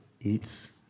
Eats